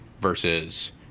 versus